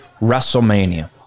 WrestleMania